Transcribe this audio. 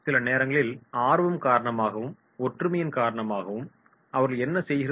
சில நேரங்களில் ஆர்வம் காரணமாகவும் ஒற்றுமையின் காரணமாகவும் அவர்கள் என்ன செய்கிறார்கள்